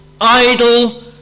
idle